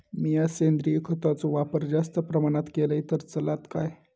मीया सेंद्रिय खताचो वापर जास्त प्रमाणात केलय तर चलात काय?